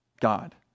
God